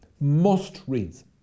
Must-reads